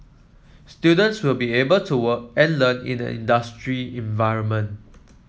students will be able to work and learn in an industry environment